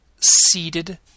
seated